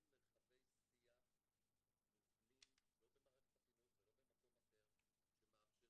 אין מרחבי שיח מובנים לא במערכת החינוך ולא במקום אחר שמאפשרים,